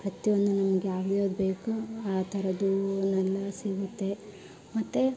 ಪ್ರತಿಯೊಂದು ನಮಗೆ ಯಾವ ಯಾವ್ದು ಬೇಕು ಆ ಥರದ್ ಹೂವು ಎಲ್ಲ ಸಿಗುತ್ತೆ ಮತ್ತು